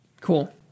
Cool